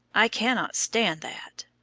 i cannot stand that.